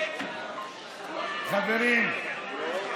חברים,